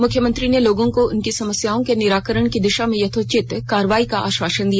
मुख्यमंत्री ने लोगों को उनकी समस्याओं के निराकरण की दिशा में यथोचित कार्रवाई का आश्वासन दिया